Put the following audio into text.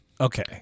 Okay